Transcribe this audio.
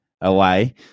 away